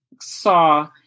saw